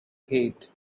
hate